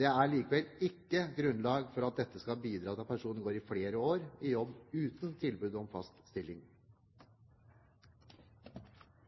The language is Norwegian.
det er likevel ikke grunnlag for at dette skal bidra til at personer går i flere år i jobb uten tilbud om fast stilling.